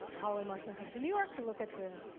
holloway marston come to new york to look at the